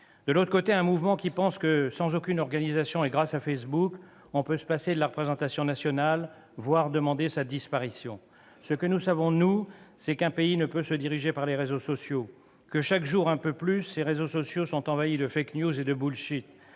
de l'autre, un mouvement qui pense que, sans aucune organisation et grâce à Facebook, on peut se passer de la représentation nationale, voire demander sa disparition. Ce que nous savons, nous, c'est qu'un pays ne peut se diriger par les réseaux sociaux, que chaque jour un peu plus ces mêmes réseaux sont envahis de et de, que